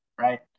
right